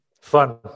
Fun